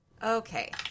Okay